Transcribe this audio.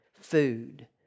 food